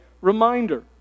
reminder